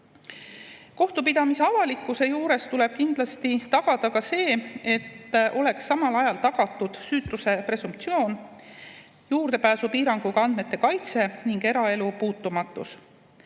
Kohtupidamise avalikkuse juures tuleb kindlasti tagada see, et samal ajal oleks tagatud süütuse presumptsioon, juurdepääsupiiranguga andmete kaitse ning eraelu puutumatus.